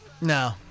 No